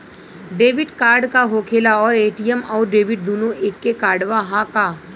Debit card का होखेला और ए.टी.एम आउर डेबिट दुनों एके कार्डवा ह का?